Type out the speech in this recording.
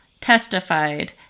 testified